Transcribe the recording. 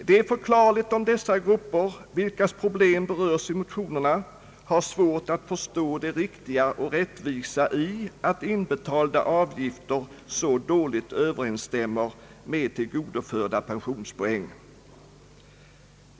Det är förklarligt om dessa grupper, vilkas problem berörs i motionerna, har svårt att förstå det riktiga och rättvisa i att inbetalade avgifter så dåligt överensstämmer med tillgodoförda pensionspoäng.